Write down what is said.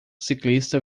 ciclista